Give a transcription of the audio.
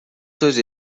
сөз